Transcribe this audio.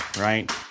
right